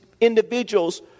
individuals